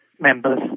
members